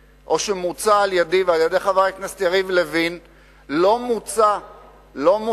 שרוצה לדאוג לבית הזה ומי שרוצה לדאוג